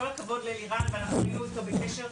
כל הכבוד ללירן ואנחנו היינו אתו בקשר,